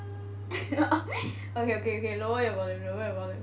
okay okay lower your volume lower your volume